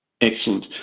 Excellent